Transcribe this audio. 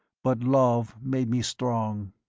but love made me strong.